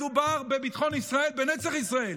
מדובר בביטחון ישראל, בנצח ישראל.